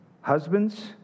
Husbands